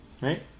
right